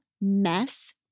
Mess